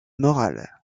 moral